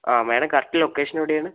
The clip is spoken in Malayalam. ആ മേഡം കറക്റ്റ് ലൊക്കേഷൻ എവിടെയാണ്